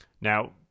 Now